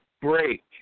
break